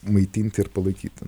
maitinti ir palaikyti